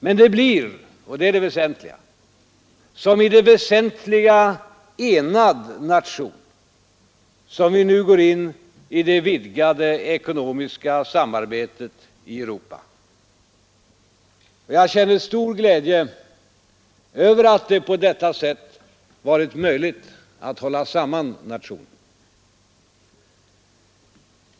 Men det blir, och det är det viktiga, som en i det väsentliga enad nation som vi nu går in i det vidgade ekonomiska samarbetet i Europa. Jag känner stor glädje över att det på detta sätt varit möjligt att hålla samman nationen.